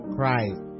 Christ